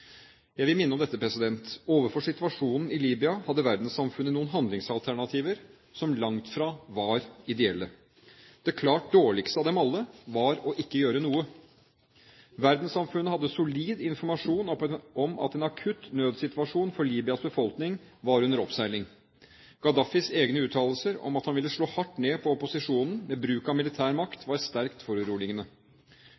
Jeg vil minne om dette: Overfor situasjonen i Libya hadde verdenssamfunnet noen handlingsalternativer som langt fra var ideelle. Det klart dårligste av dem alle var ikke å gjøre noe. Verdenssamfunnet hadde solid informasjon om at en akutt nødssituasjon for Libyas befolkning var under oppseiling. Gaddafis egne uttalelser om at han ville slå hardt ned på opposisjonen med bruk av